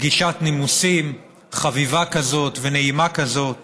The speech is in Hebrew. פגישת נימוסין חביבה כזאת ונעימה כזאת